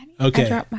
Okay